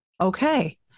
Okay